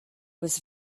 was